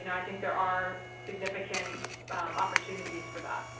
and i think there are significant opportunities for that.